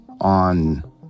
on